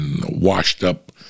washed-up